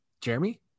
jeremy